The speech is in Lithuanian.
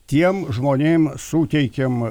tiem žmonėm suteikėm